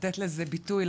לתת לזה ביטוי,